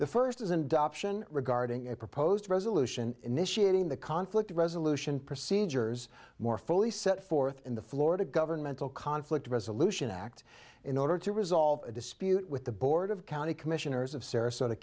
the first is an adoption regarding a proposed resolution initiating the conflict resolution procedures more fully set forth in the florida governmental conflict resolution act in order to resolve a dispute with the board of county commissioners of sarasota